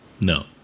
No